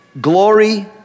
Glory